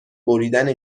بریدن